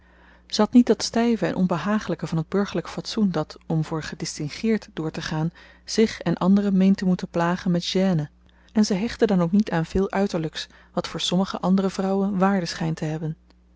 had niet dat styve en onbehagelyke van t burgerlyk fatsoen dat om voor gedistingeerd doortegaan zich en anderen meent te moeten plagen met gêne en ze hechtte dan ook niet aan veel uiterlyks wat voor sommige andere vrouwen waarde schynt te hebben